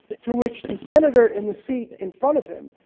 to which the senator in the seat in front of him.